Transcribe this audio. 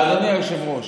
אדוני היושב-ראש,